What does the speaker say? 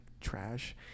trash